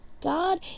God